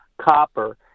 copper